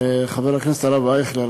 חבר הכנסת אייכלר,